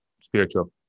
spiritual